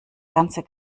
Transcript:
ganze